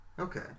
Okay